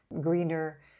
greener